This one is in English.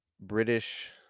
British